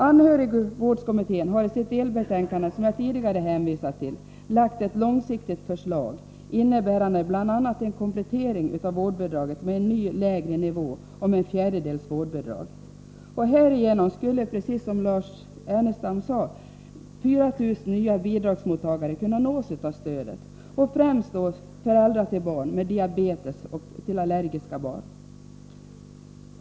Anhörigvårdskommittén har i sitt delbetänkande som jag tidigare hänvisat till lagt ett långsiktigt förslag innebärande bl.a. en komplettering av vårdbidraget med en ny lägre nivå om en fjärdedels vårdbidrag. Härigenom skulle, precis som Lars Ernestam sade, 4 000 nya bidragsmottagare kunna nås av stödet, främst föräldrar till barn med diabetes och föräldrar till barn med allergiska besvär.